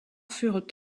furent